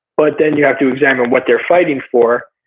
but then you have to examine what they're fighting for,